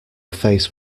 face